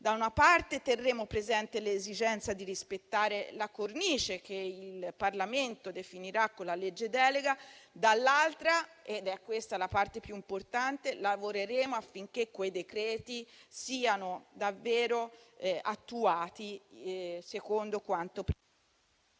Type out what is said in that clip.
da una parte terremo presente l'esigenza di rispettare la cornice che il Parlamento definirà con la legge delega, dall'altra - ed è questa la parte più importante - lavoreremo affinché quei decreti siano davvero attuati secondo quanto...